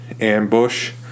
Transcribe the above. ambush